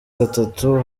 gatatu